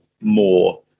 more